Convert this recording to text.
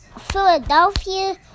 Philadelphia